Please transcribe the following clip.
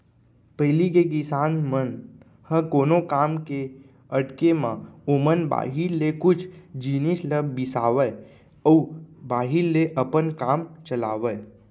पहिली के किसान मन ह कोनो काम के अटके म ओमन बाहिर ले कुछ जिनिस ल बिसावय अउ बाहिर ले अपन काम चलावयँ